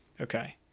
okay